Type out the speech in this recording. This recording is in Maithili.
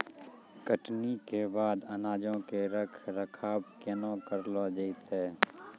कटनी के बाद अनाजो के रख रखाव केना करलो जैतै?